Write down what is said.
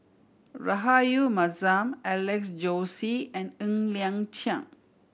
Rahayu Mahzam Alex Josey and Ng Liang Chiang